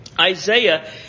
Isaiah